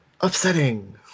upsetting